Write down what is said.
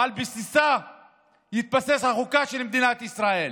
ועל בסיסה תתבסס החוקה של מדינת ישראל.